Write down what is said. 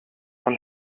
von